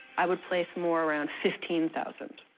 i would place more around fifteen thousand